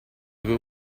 due